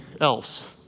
else